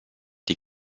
die